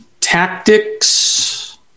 tactics